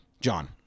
John